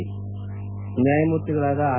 ನ್ನಾಯಮೂರ್ತಿಗಳಾದ R